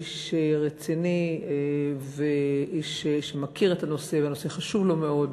איש רציני ואיש שמכיר את הנושא והנושא חשוב לו מאוד,